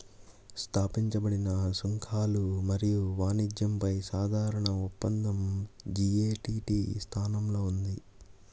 స్థాపించబడిన సుంకాలు మరియు వాణిజ్యంపై సాధారణ ఒప్పందం జి.ఎ.టి.టి స్థానంలో ఉంది